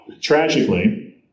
tragically